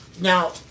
Now